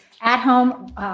at-home